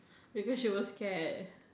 because she was scared